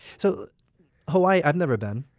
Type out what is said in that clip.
so hawaii i've never been.